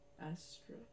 Astra